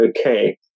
okay